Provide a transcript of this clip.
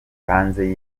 hanze